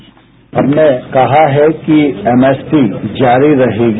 sound bite हमने कहा है कि एमएसपी जारी रहेगी